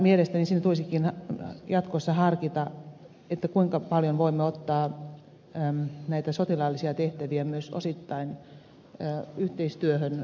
mielestäni tulisikin jatkossa harkita kuinka paljon voimme ottaa näitä sotilaallisia tehtäviä myös osittain yhteistyöhön kehityspoliittisen toiminnan kanssa